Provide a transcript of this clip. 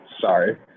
Sorry